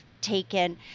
taken